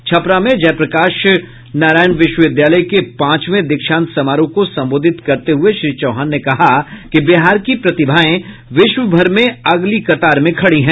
छपरा में जयप्रकाश विश्वविद्यालय के पांचवें दीक्षांत समारोह को संबोधित करते हुए श्री चौहान ने कहा कि बिहार की प्रतिभाएं विश्वभर में अगली कतार में खड़ी है